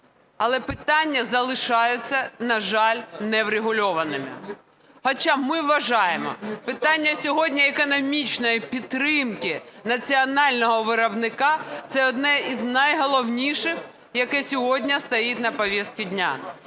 але питання залишаються, на жаль, неврегульованими. Хоча ми вважаємо, питання сьогодні економічної підтримки національного виробника – це одне з найголовніших, яке сьогодні стоїть на повестке дня.